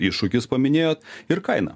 iššūkius paminėjot ir kaina